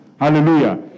Hallelujah